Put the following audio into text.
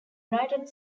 united